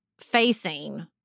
facing